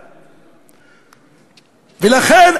ולכן,